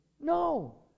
No